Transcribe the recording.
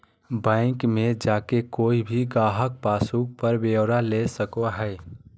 bank मे जाके कोय भी गाहक पासबुक पर ब्यौरा ले सको हय